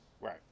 Right